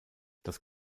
das